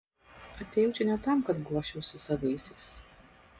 atėjau čia ne tam kad guosčiausi savaisiais